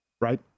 right